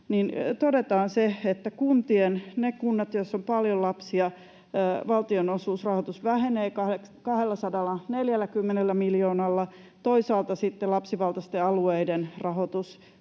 — että niiden kuntien, joissa on paljon lapsia, valtionosuusrahoitus vähenee 240 miljoonalla; toisaalta sitten lapsivaltaisten sote-alueiden rahoitus